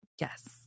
Yes